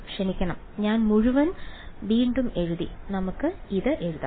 ക്ഷമിക്കണം ഞാൻ മുഴുവൻ വീണ്ടും എഴുതി നമുക്ക് ഇത് എഴുതാം